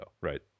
right